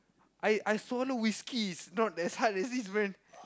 I I swallow whiskey is not as hard as this man